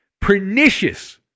pernicious